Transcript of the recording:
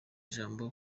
ijambo